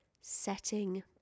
setting